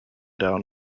down